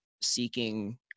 seeking